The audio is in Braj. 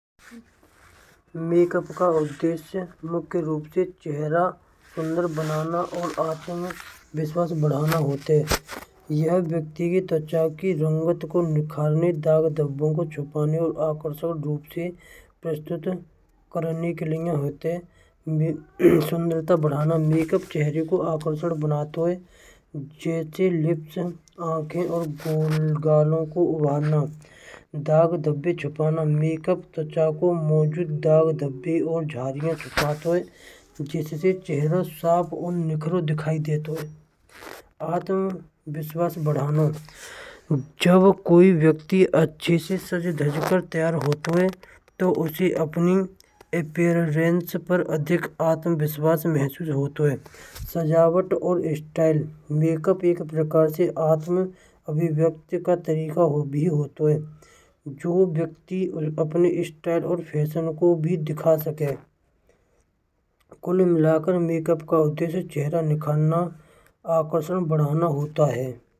मेकअप का उद्देश्य मुख्य रूप से चेहरा सुंदर बनाना और आत्मिक विश्वास बढ़ाना होता है। यह व्यक्ति की त्वचा की रंगत को निखारने दाग धब्बों को छुपाने और आकर्षक रूप से प्रस्तुत करने के लिए होते हैं। सुंदरता बढ़ाना मेकअप चेहरे को आकर्षक बनाते हुए जैसे होंठ और गाल को उभारना दाग धब्बे छुपाना मेकअप त्वचा को दाग धब्बे और झुर्रियाँ छुपाता है। जिससे चेहरा साफ और निखरा दिखाई देता है। आत्मविश्वास बढ़ाना जब कोई व्यक्ति अच्छे से सज धज कर तैयार हो तो उसे अपनी उपस्थिति पर अधिक आत्मविश्वास महसूस होता है। सजावट और स्टाइल मेकअप एक प्रकार से आत्म अभिव्यक्ति का तरीका और भी होता है जो व्यक्ति अपनी स्टार और फैशन को भी दिखा सके। कुल मिलाकर मेकअप का उद्देश्य चेहरा निखारना आकर्षण बढ़ाना होता है।